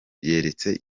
yeretse